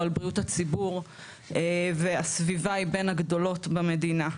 על בריאות הציבור והסביבה היא בין הגדולות במדינה.